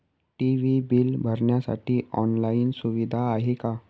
TV bill भरण्यासाठी online सुविधा आहे का?